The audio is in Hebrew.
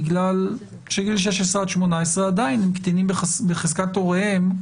בגלל שגילי 16 18 עדיין הם קטינים בחזקת הוריהם,